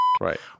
Right